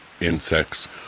insects